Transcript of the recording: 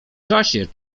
czasie